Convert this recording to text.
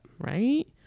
Right